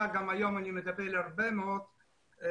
וגם היום אני מטפל הרבה מאוד באנשים,